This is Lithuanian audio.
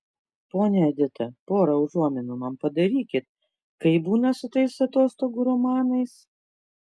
ponia edita pora užuominų man padarykit kaip būna su tais atostogų romanais